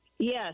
Yes